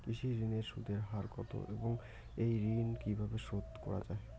কৃষি ঋণের সুদের হার কত এবং এই ঋণ কীভাবে শোধ করা য়ায়?